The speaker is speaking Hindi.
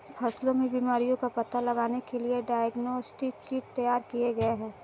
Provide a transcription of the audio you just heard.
फसलों में बीमारियों का पता लगाने के लिए डायग्नोस्टिक किट तैयार किए गए हैं